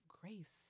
grace